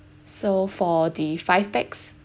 so for the five pax